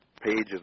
pages